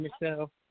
Michelle